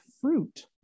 fruit